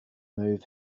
move